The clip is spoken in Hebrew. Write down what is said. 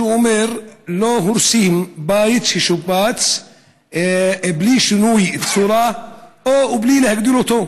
שאומר: לא הורסים בית ששופץ בלי שינוי צורה או בלי להגדיל אותו.